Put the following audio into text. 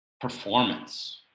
performance